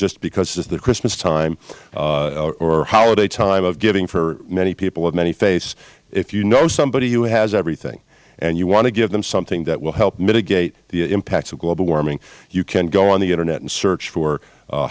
just because this is christmastime or holiday time of giving for many people of many faiths if you know somebody who has everything and you want to give them something that will help mitigate the impacts of global warming you can go on the internet and search for